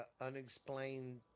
unexplained